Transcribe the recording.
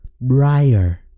Briar